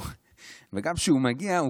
וגם כשהוא מגיע,